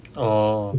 oh